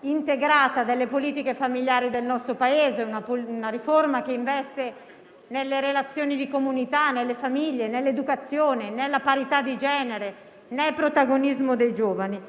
e integrata delle politiche familiari del nostro Paese, la quale investe nelle relazioni di comunità, nelle famiglie, nell'educazione, nella parità di genere e nel protagonismo dei giovani.